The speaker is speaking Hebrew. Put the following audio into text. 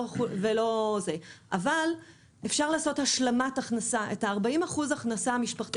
אבל אפשר לעשות השלמת הכנסה,